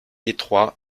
étroit